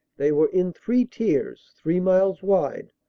they were in three tiers, three miles wide,